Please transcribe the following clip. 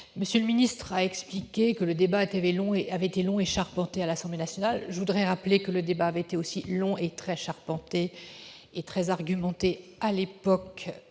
M. le ministre a expliqué que le débat avait été long et charpenté à l'Assemblée nationale ; je veux rappeler que le débat avait été aussi long, charpenté et très argumenté au